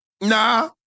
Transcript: Nah